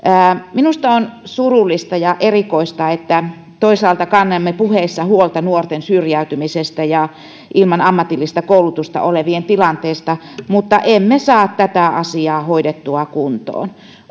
minusta on surullista ja erikoista että toisaalta kannamme puheissa huolta nuorten syrjäytymisestä ja ilman ammatillista koulutusta olevien tilanteesta mutta emme saa tätä asiaa hoidettua kuntoon